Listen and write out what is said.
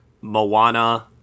Moana